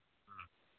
ꯑ